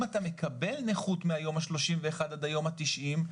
אם אתה מקבל נכות מהיום ה-31 עד היום ה-90,